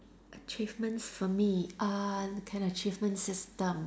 achievement for me uh kind of achievement system